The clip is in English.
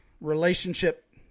relationship